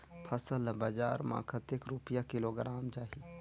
फसल ला बजार मां कतेक रुपिया किलोग्राम जाही?